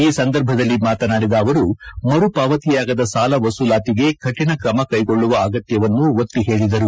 ಈ ಸಂದರ್ಭದಲ್ಲಿ ಮಾತನಾಡಿದ ಅವರು ಮರುಪಾವತಿಯಾಗದ ಸಾಲ ವಸೂಲಾತಿಗೆ ಕಠಿಣ ಕ್ರಮಕ್ಷೆಗೊಳ್ಳುವ ಅಗತ್ವವನ್ನು ಒತ್ತಿ ಹೇಳಿದರು